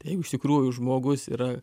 tai jeigu iš tikrųjų žmogus yra